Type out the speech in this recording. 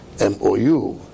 MOU